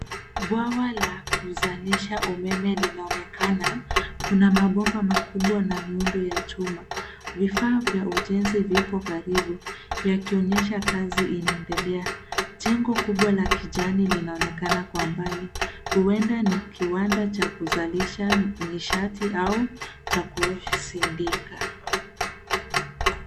Bwawa la kuzalisha umeme linaonekana, Kuna mabomba makubwa na miundo ya chuma. Vifaa vya ujenzi vipo karibu, yakionyesha kazi inaendelea. Jengo kubwa la kijani linaonekana kwa mbali. Huenda ni kiwanda cha kuzalisha nishati au cha kusindika.